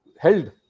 held